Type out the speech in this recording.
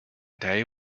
day